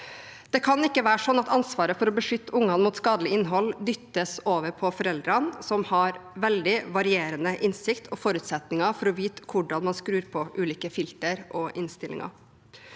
Det kan ikke være sånn at ansvaret for å beskytte ungene mot skadelig innhold dyttes over på foreldrene, som har veldig varierende innsikt og forutsetninger for å vite hvordan man skrur på ulike filter og innstillinger.